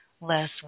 less